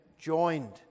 joined